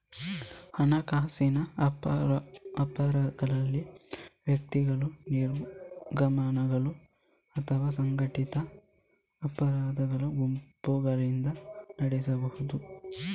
ಹಣಕಾಸಿನ ಅಪರಾಧಗಳನ್ನು ವ್ಯಕ್ತಿಗಳು, ನಿಗಮಗಳು ಅಥವಾ ಸಂಘಟಿತ ಅಪರಾಧ ಗುಂಪುಗಳಿಂದ ನಡೆಸಬಹುದು